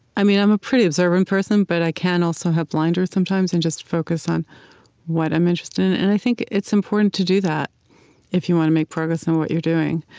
i mean i'm a pretty observant person, but i can also have blinders sometimes and just focus on what i'm interested in, and i think it's important to do that if you want to make progress in what you're doing.